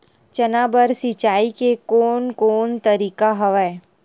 चना बर सिंचाई के कोन कोन तरीका हवय?